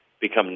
become